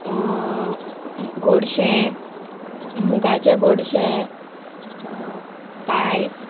गोडशें मुगाचें गोडशें पायस